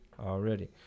already